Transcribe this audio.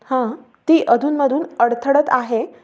हां ती अधूनमधून अडथळत आहे